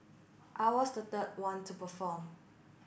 I was the the one to perform